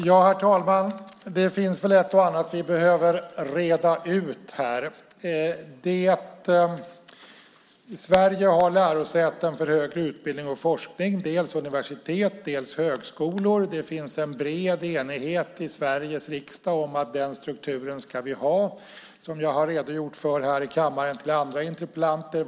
Herr talman! Det finns ett och annat vi behöver reda ut här. Sverige har lärosäten för högre utbildning och forskning. Det är dels universitet, dels högskolor. Det finns en bred enighet i Sveriges riksdag om att vi ska ha den struktur som jag redogjort för här i kammaren för andra interpellanter.